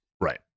right